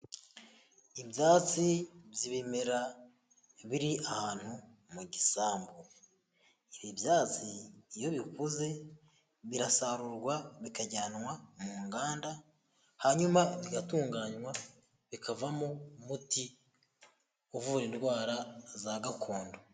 Ibyatsi by'ibimera biri ahantu mu gisambu, ibi byatsi iyo bikuze birasarurwa bikajyanwa mu nganda, hanyuma bigatunganywa bikavamo umuti uvura indwara za gakondo.